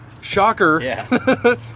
shocker